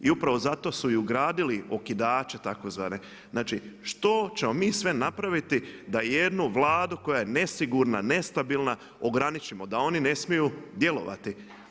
I upravo zato su i ugradili okidače tzv. što ćemo mi sve napraviti da jednu Vladu koja je nesigurna, nestabilna, ograničimo, da oni ne smiju djelovati.